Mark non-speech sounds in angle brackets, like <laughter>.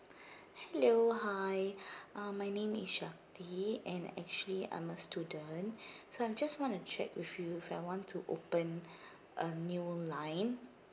<breath> hello hi <breath> ah my name is shakti and actually I'm a student <breath> so I just want to check with you if I want to open <breath> a new line